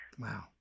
Wow